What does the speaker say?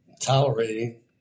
tolerating